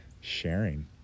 sharing